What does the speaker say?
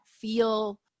feel